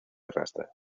arrastra